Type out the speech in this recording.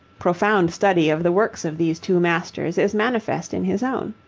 profound study of the works of these two masters is manifest in his own.